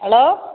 hello